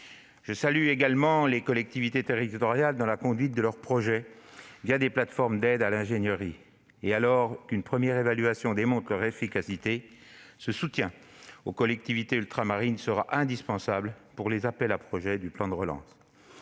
l'accompagnement des collectivités territoriales dans la conduite de leurs projets des plateformes d'aide à l'ingénierie, dont une première évaluation démontre l'efficacité. Ce soutien aux collectivités ultramarines sera indispensable pour les appels à projet du plan de relance.